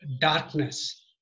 darkness